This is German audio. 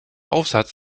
aufsatz